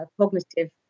cognitive